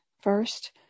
first